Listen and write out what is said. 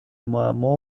معما